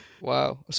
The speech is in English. Wow